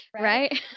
right